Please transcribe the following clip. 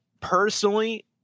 Personally